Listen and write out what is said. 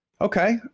Okay